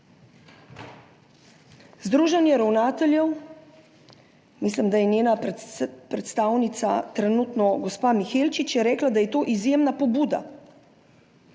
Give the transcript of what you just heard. Združenje ravnateljev, mislim da je njena predstavnica trenutno gospa Mihelčič, je reklo, da je to izjemna pobuda